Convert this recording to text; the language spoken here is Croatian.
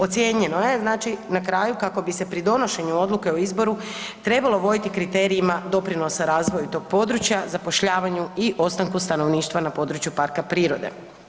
Ocijenjeno je znači na kraju kako bi se pri donošenju odluke o izboru trebalo voditi kriterijima doprinosu razvoja tog područja, zapošljavanju i ostanku stanovništva na području parka prirode.